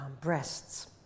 breasts